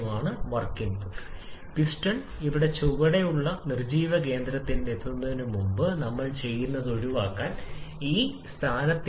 അല്ലെങ്കിൽ മറ്റുള്ളവരിൽ നിന്ന് കാഴ്ചപ്പാട് തന്നിരിക്കുന്ന വായുവിന്റെ അളവ് കൂടുതൽ ഇന്ധനം വിതരണം ചെയ്തുവെന്ന് നമുക്ക് പറയാം അതുകൊണ്ടാണ് ഈ മെലിഞ്ഞതും സമ്പന്നവുമായ പദങ്ങൾ വരുന്നത്